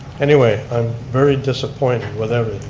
anyway, i'm very disappointed